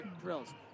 drills